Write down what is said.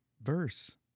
verse